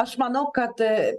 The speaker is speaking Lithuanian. aš manau kad